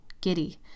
Giddy